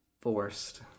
Forced